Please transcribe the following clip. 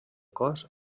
cos